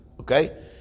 Okay